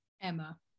Emma